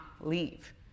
leave